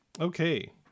okay